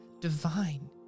divine